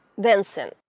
dancing